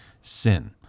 sin